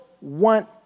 want